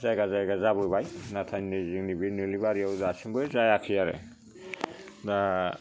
जायगा जायगा जाबोबाय नाथाय नै जोंनि बे नोलोबारियाव दासिमबो जायाखै आरो दा